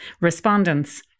respondents